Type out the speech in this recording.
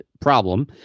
problem